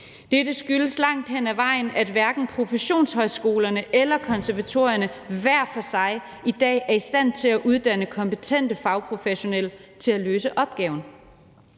Dette skyldes langt hen ad vejen, at hverken professionshøjskolerne eller konservatorierne hver for sig i dag er i stand til at uddanne kompetente fagprofessionelle til at løse opgaven.